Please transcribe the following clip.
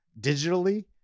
digitally